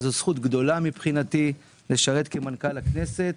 זאת זכות גדולה בעבורי לשרת כמנכ"ל הכנסת.